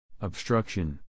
Obstruction